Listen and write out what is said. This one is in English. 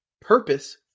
Purpose